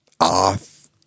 Off